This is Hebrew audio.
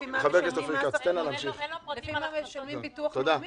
לפי מה משלמים ביטוח לאומי?